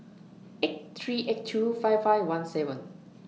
eight three eight two five five one seven